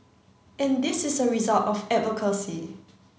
and this is a result of advocacy